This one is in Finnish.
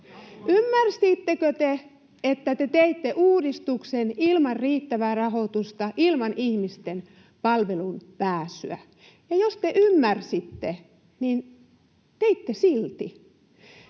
Ymmärsittekö te, että te teitte uudistuksen ilman riittävää rahoitusta, ilman ihmisten palveluun pääsyä? Ja jos te ymmärsitte, niin teitte silti.